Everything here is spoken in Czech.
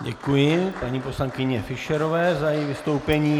Děkuji paní poslankyni Fischerové za její vystoupení.